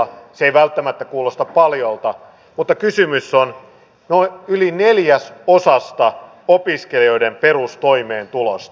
se ei välttämättä kuulosta paljolta mutta kysymys on yli neljäsosasta opiskelijoiden perustoimeentulosta